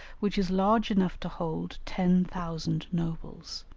which is large enough to hold ten thousand nobles.